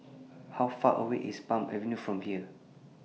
How Far away IS Palm Avenue from here